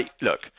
Look